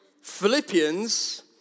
Philippians